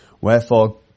Wherefore